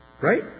Right